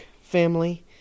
family